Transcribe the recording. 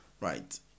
right